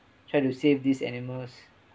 try to save these animals